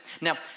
now